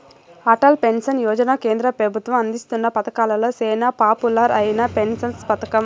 Atal pension Yojana కేంద్ర పెబుత్వం అందిస్తున్న పతకాలలో సేనా పాపులర్ అయిన పెన్సన్ పతకం